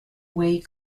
wei